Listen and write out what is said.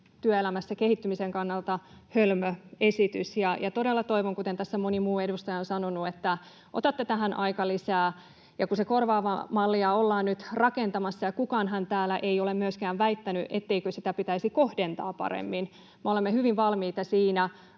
työelämässä kehittymisen kannalta hölmö esitys. Todella toivon, kuten tässä moni muu edustaja on sanonut, että otatte tähän aikalisän, kun sitä korvaavaa mallia ollaan nyt rakentamassa. Kukaanhan täällä ei ole myöskään väittänyt, etteikö sitä pitäisi kohdentaa paremmin, me olemme hyvin valmiita siihen.